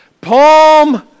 Palm